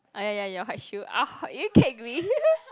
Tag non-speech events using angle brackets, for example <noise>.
ah ya ya ya you are quite chill <noise> you kick me <laughs>